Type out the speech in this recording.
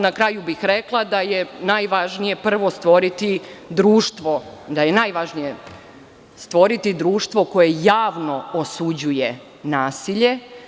Na kraju bih rekla da je najvažnije prvo stvoriti društvo, da je najvažnije stvoriti društvo koje javno osuđuje nasilje.